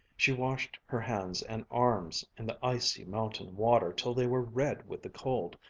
she washed her hands and arms in the icy mountain water till they were red with the cold,